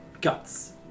guts